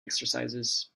exercises